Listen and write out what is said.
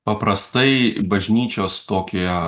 paprastai bažnyčios tokie